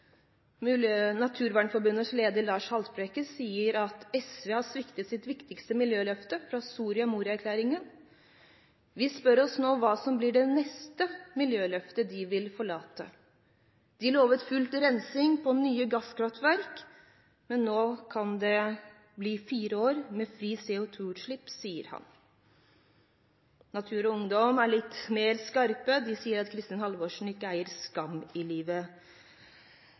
Lars Haltbrekken, sa: «SV har sviktet sitt viktigste miljøløfte fra Soria Moria-erklæringen. Vi spør oss nå hva som blir det neste miljøløftet de vil forlate. De lovet full rensing av nye gasskraftverk, men nå kan det bli fire år med nye CO2-utslipp.» Natur og Ungdom var litt mer skarpe. De sa at Kristin Halvorsen «ikke eier skam i livet».